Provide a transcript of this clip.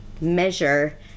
measure